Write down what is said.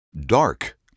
Dark